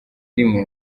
rimwe